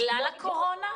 הקורונה?